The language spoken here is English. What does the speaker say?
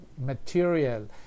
material